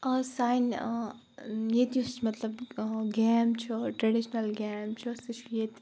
آ سانہِ ییٚتہِ یُس مَطلَب گیم چھُ ٹریڈِشنَل گیم چھُ سُہ چھُ ییٚتہِ